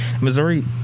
Missouri